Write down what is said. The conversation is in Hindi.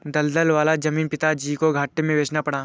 दलदल वाला जमीन पिताजी को घाटे में बेचना पड़ा